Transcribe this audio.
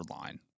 line